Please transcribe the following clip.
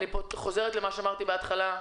כמו שאמרתי בהתחלה,